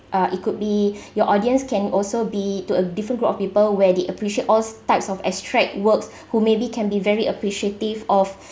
uh it could be your audience can also be to a different group of people where they appreciate all types of abstract works who maybe can be very appreciative of